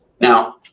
Now